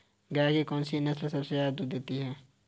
गाय की कौनसी नस्ल सबसे ज्यादा दूध देती है?